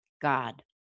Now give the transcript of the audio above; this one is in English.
God